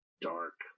dark